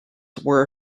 were